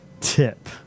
tip